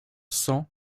cent